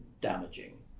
damaging